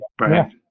right